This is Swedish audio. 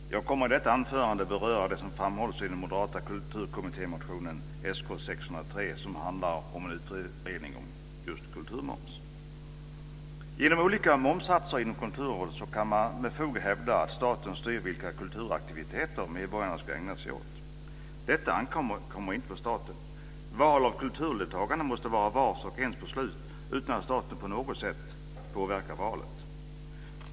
Fru talman! Jag kommer i detta anförande att beröra det som framhålls i den moderata kulturkommittémotionen Sk603, som handlar om utredning av just kulturmoms. Med hjälp av olika momssatser inom kulturen kan man med fog hävda att staten styr vilka kulturaktiviteter medborgarna ska ägna sig åt. Detta ankommer inte på staten. Val av kulturdeltagande måste vara vars och ens beslut utan att staten på något sätt påverkar valet.